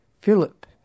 Philip